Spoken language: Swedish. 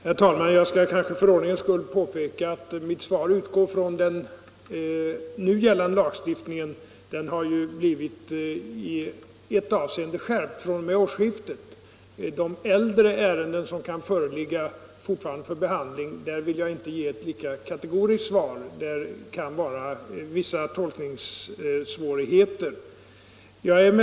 Herr talman! Jag skall kanske för ordningens skull påpeka att mitt svar utgår från den nu gällande lagstiftningen. Den har blivit i ett avseende skärpt fr.o.m. årsskiftet. Beträffande de äldre ärenden som fortfarande kan föreligga till behandling vill jag inte ge ett lika kategoriskt svar. Därvidlag kan det uppstå vissa tolkningssvårigheter.